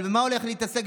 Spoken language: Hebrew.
אבל במה הוא הולך להתעסק?